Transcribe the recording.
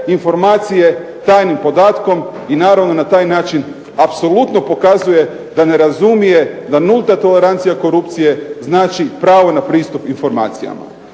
informacije tajnim podatkom i naravno na taj način apsolutno pokazuje da ne razumije da nulta tolerancija korupcije znači pravo na pristup informacijama.